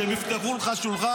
אני בטוח שהם יפתחו לך שולחן.